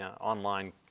online